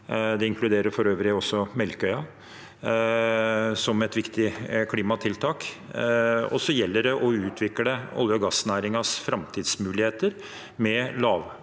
Det inkluderer for øvrig også Melkøya som et viktig klimatiltak. Så gjelder det å utvikle olje- og gassnæringens framtidsmuligheter med